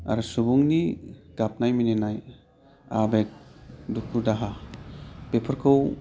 आरो सुबुंनि गाबनाय मिनिनाय आबेग दुखु दाहा बेफोरखौ